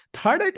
Third